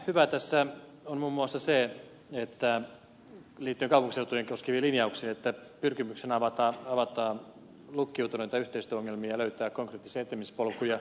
hyvää tässä on liittyen kaupunkiseutuja koskeviin linjauksiin muun muassa se että pyrkimyksenä on avata lukkiutuneita yhteistyöongelmia ja löytää konkreettisia etenemispolkuja